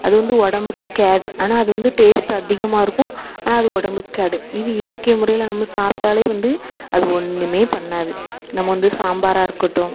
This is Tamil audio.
அது வந்து உடம்புக்கு கேடு ஆனால் அது வந்து டேஸ்ட் அதிகமாக இருக்கும் ஆனால் அது உடம்புக்கு கேடு இது இயற்கை முறையில் நம்ம சாப்பிட்டாலே வந்து அது ஒன்றுமே பண்ணாது நம்ம வந்து சாம்பாராக இருக்கட்டும்